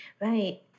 Right